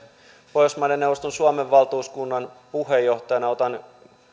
pohjoismaiden neuvoston suomen valtuuskunnan puheenjohtajana otan